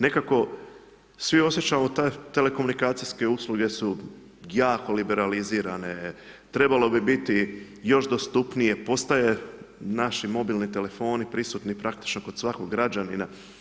Nekako svi osjećamo te telekomunikacijske usluge su jako liberalizirane, trebalo bi biti još dostupnije, postoje naši mobilni telefoni, prisutno praktično kod svakog građanina.